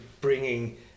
bringing